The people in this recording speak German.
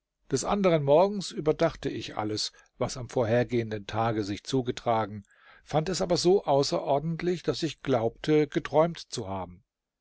des anderen morgens überdachte ich alles was am vorhergehenden tage sich zugetragen fand es aber so außerordentlich daß ich glaubte geträumt zu haben